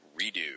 redo